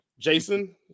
Jason